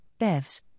BEVS